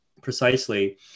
precisely